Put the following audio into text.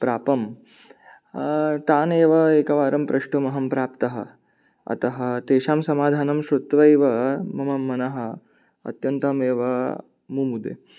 प्रापं तानेव एकवारं प्रष्टुमहं प्राप्तः अतः तेषां समाधानं श्रुत्वैव मम मनः अत्यन्तमेव मुमुदे